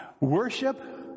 Worship